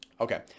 Okay